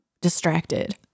distracted